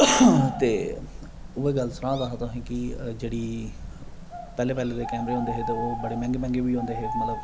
ते ओह् गल्ल ते तुसेंगी सनादा हा कि पैह्लें पैह्लें दे कैमरे बी होंदे हे ते ओह् बड़े बड़े मैह्ंगे बी होंदे हे पर